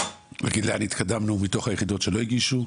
להגיד לאן התקדמנו מתוך היחידות שלא הגישו,